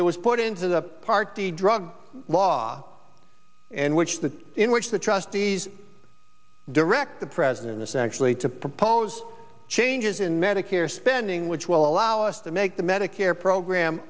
that was put into the party drug law and which the in which the trustees direct the president is actually to propose changes in medicare spending which will allow us to make the medicare program